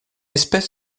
espèce